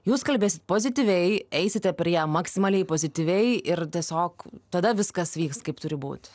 jūs kalbėsit pozityviai eisite prie maksimaliai pozityviai ir tiesiog tada viskas vyks kaip turi būt